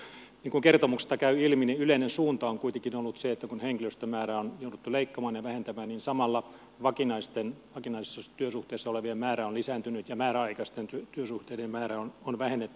niin kuin kertomuksesta käy ilmi niin yleinen suunta on kuitenkin ollut se että kun henkilöstömäärää on jouduttu leikkaamaan ja vähentämään niin samalla vakinaisissa työsuhteissa olevien määrä on lisääntynyt ja määräaikaisten työsuhteiden määrää on vähennetty